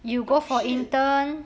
talk shit